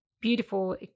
beautiful